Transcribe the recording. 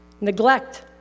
Neglect